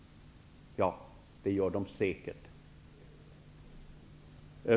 Ja, det gör de säkert.